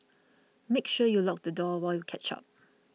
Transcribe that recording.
make sure you lock the door while catch up